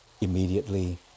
immediately